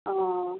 ও